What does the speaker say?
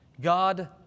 God